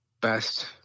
best